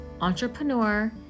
entrepreneur